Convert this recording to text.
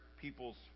people's